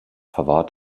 verwahrt